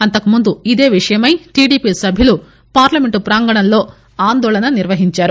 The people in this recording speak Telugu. అంతకుముందు ఇదే విషయమై టిడిపి సభ్యులు పార్లమెంట్ ప్రాంగణంలో ఆందోళన నిర్వహించారు